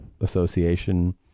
association